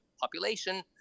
population